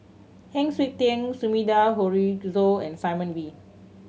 Heng Siok Tian Sumida Haruzo and Simon Wee